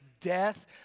death